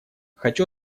хочу